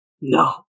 No